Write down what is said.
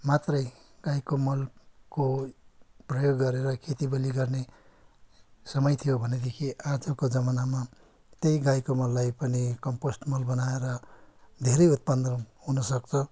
मात्रै गाईको मलको प्रयोग गरेर खेती बाली गर्ने समय थियो भनेदेखि आजको जमानामा त्यही गाईको मललाई पनि कम्पोस्ट मल बनाएर धेरै उत्पादन हुनसक्छ